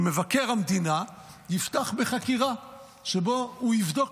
שמבקר המדינה יפתח בחקירה שבה הוא יבדוק